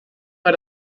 war